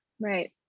right